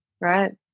right